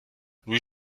louis